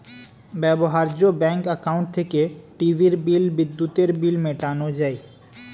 ব্যবহার্য bank account থেকে টিভির বিল, বিদ্যুতের বিল মেটানো যায়